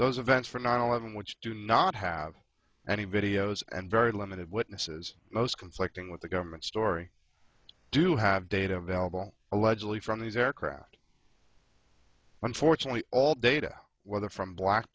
those events from nine eleven which do not have any videos and very limited witnesses most conflicting with the government story do have data available allegedly from these aircraft unfortunately all data whether from black